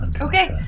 Okay